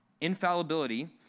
Infallibility